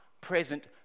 present